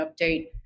update